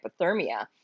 hypothermia